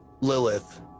Lilith